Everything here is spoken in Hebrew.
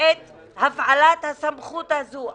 את הפעלת הסמכות הזו.